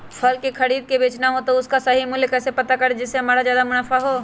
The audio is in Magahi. फल का खरीद का बेचना हो तो उसका सही मूल्य कैसे पता करें जिससे हमारा ज्याद मुनाफा हो?